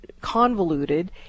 convoluted